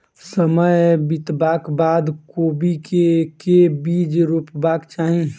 समय बितबाक बाद कोबी केँ के बीज रोपबाक चाहि?